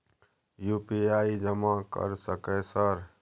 UPI जमा कर सके सर?